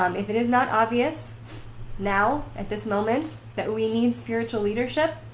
um if it is not obvious now, at this moment, that we need spiritual leadership